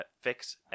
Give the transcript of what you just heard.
fix